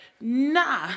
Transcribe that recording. nah